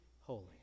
holy